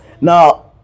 Now